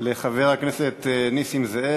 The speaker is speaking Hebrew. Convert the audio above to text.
לחבר הכנסת נסים זאב.